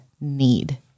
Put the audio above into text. need